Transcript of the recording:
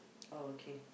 oh okay